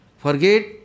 Forget